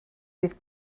dydd